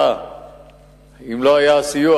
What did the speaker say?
אם לא היה סיוע